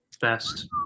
best